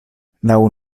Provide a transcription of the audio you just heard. laŭ